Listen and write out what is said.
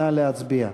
נא להצביע.